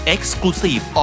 Exclusive